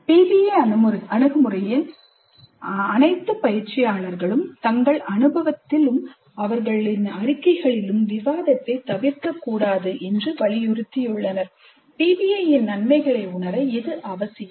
PBI அணுகுமுறையில் அனைத்து பயிற்சியாளர்களும் தங்கள் அனுபவத்திலும் அவர்களின் அறிக்கைகளிலும் விவாதத்தைத் தவிர்க்கக்கூடாது என்று வலியுறுத்தியுள்ளனர் PBIயின் நன்மைகளை உணர இது அவசியம்